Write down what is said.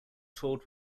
toured